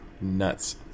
Nuts